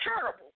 terrible